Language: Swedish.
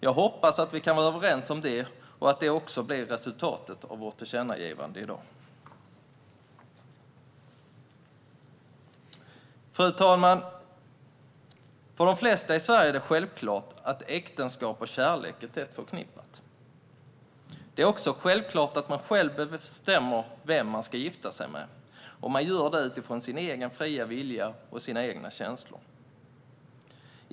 Jag hoppas att vi kan vara överens om det och att det också blir resultatet av vårt tillkännagivande i dag. Fru talman! För de flesta i Sverige är det självklart att äktenskap och kärlek är tätt förknippade. Det är också självklart att man själv bestämmer vem man ska gifta sig med och att man gör det utifrån sin egen fria vilja och sina egna känslor.